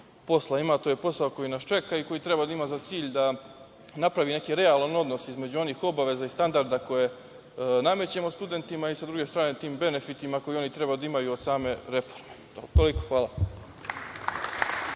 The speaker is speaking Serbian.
To je posao koji nas čeka i koji treba da ima za cilj da napravi neki realni odnos između onih obaveza i standarda koje namećemo studentima, a sa druge strane, tim benefitima koji oni treba da imaju od same reforme. Hvala.